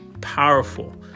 powerful